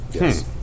Yes